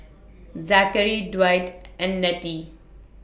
Zachary Dwight and Nettie